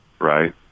right